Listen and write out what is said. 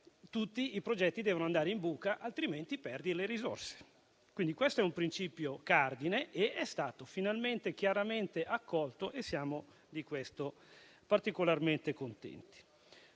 tutti i progetti devono andare in buca, altrimenti perdi le risorse. Questo è un principio cardine, che è stato finalmente accolto e ne siamo particolarmente contenti.